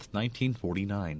1949